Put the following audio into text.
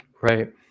right